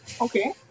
Okay